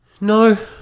No